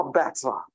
better